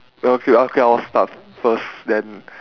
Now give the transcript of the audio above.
well okay okay I'll start first then